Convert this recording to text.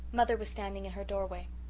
mother was standing in her doorway.